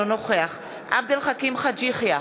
אינו נוכח עבד אל חכים חאג' יחיא,